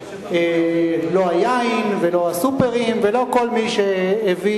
לא היין ולא הסוּפֶּרים ולא כל מי שהביא